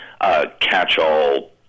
catch-all